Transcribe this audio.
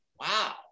wow